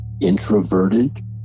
introverted